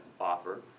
offer